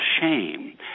shame